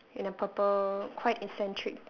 in a purple quite eccentric